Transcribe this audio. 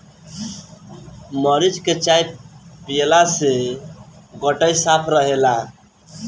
मरीच के चाय पियला से गटई साफ़ रहेला